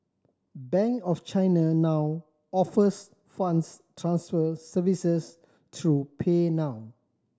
Bank of China now offers funds transfer services through PayNow